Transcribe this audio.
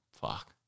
Fuck